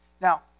Now